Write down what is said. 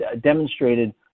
demonstrated